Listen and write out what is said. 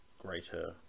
greater